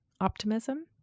optimism